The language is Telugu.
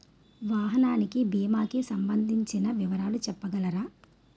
వాహనానికి భీమా కి సంబందించిన వివరాలు చెప్పగలరా?